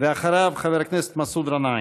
ואחריו, חבר הכנסת מסעוד גנאים.